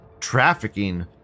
Trafficking